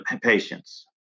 patients